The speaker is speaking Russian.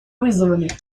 вызовами